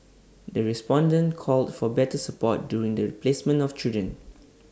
the respondents called for better support during the placement of children